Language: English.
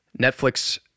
Netflix